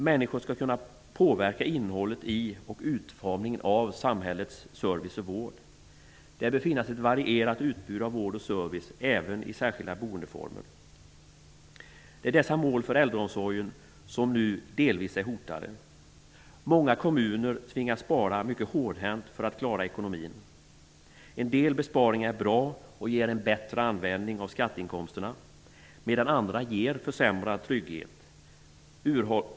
Människor skall kunna påverka innehållet i och utformningen av samhällets service och vård. Det bör finnas ett varierat utbud av vård och service även i särskilda boendeformer. Det är dessa mål för äldreomsorgen som nu delvis är hotade. Många kommuner tvingas spara mycket hårdhänt för att klara ekonomin. En del besparingar är bra och ger en bättre användning av skatteinkomsterna, medan andra ger försämrad trygghet.